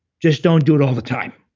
just don't do it all the time.